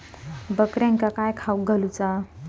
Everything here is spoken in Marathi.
बकऱ्यांका काय खावक घालूचा?